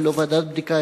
ולא ועדת בדיקה,